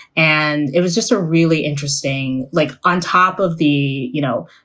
and it was just a really interesting like on top of the, you know,